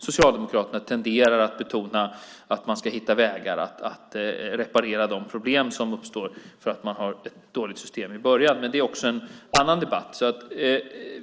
Socialdemokraterna tenderar att betona att man ska hitta vägar att reparera de problem som uppstår för att man har ett dåligt system i början. Det är en annan debatt.